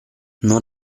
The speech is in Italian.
non